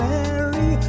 Mary